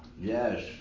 Yes